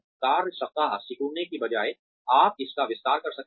कार्य सप्ताह सिकुड़ने के बजाय आप इसका विस्तार कर सकते हैं